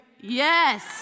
yes